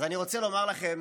אני רוצה לומר לכם